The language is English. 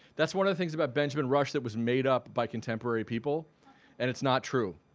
that's one of the things about benjamin rush that was made up by contemporary people and it's not true.